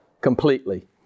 completely